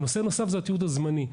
נושא נוסף הוא התיעוד הזמני.